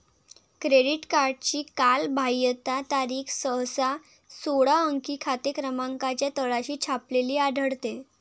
credit कार्डची कालबाह्यता तारीख सहसा सोळा अंकी खाते क्रमांकाच्या तळाशी छापलेली आढळते